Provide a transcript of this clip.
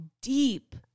deep